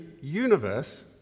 universe